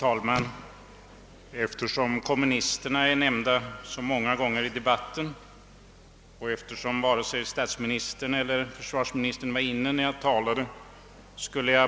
Herr talman! Kommunisterna har nämnts så många gånger i debatten men varken statsministern eller försvarsministern var inne när jag talade.